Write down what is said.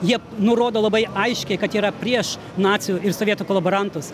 jie nurodo labai aiškiai kad yra prieš nacių ir sovietų kolaborantus